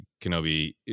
Kenobi